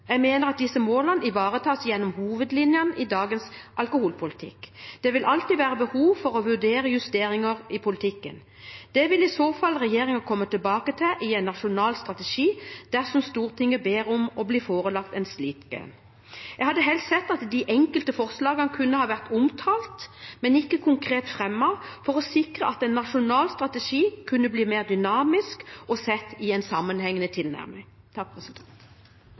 Jeg mener at disse målene ivaretas gjennom hovedlinjene i dagens alkoholpolitikk. Det vil alltid være behov for å vurdere justeringer i politikken. Det vil regjeringen i så fall komme tilbake til i en nasjonal strategi dersom Stortinget ber om å bli forelagt en slik. Jeg hadde helst sett at de enkelte forslagene kun var omtalt, men ikke konkret fremmet, for å sikre at en nasjonal strategi kunne bli mer dynamisk og ha en sammenhengende tilnærming.